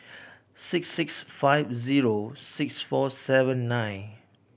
six six five zero six four seven nine